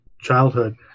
childhood